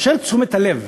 שכאשר תשומת הלב